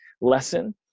lesson